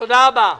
תודה רבה.